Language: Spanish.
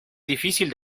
difícil